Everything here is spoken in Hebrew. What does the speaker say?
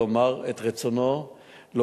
לומר את רצונו כל,